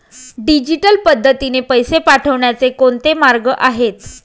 Digital पद्धतीने पैसे पाठवण्याचे कोणते मार्ग आहेत?